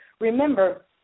Remember